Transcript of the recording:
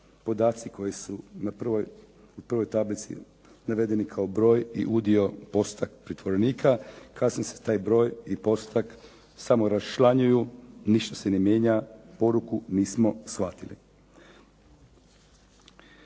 podaci koji su na prvoj tablici navedeni kao broj i udio, postotak pritvorenika. Kasnije se taj broj i postotak samo raščlanjuju. Ništa se ne mijenja. Poruku nismo shvatili.